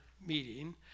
meeting